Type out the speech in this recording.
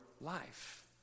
life